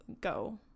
go